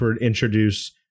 introduce